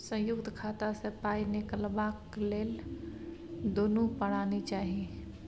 संयुक्त खाता सँ पाय निकलबाक लेल दुनू परानी चाही